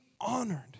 honored